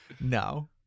no